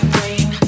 rain